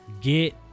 Get